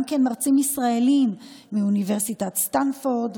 גם מרצים ישראלים מאוניברסיטת סטנפורד,